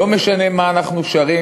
לא משנה מה אנחנו שרים,